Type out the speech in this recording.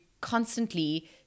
constantly